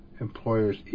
employers